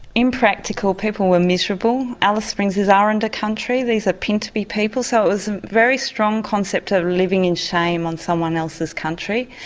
impractical, people were miserable, alice springs is aranda and country, these are pintupi people, so it was a very strong concept of living in shame on someone else's country.